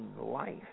life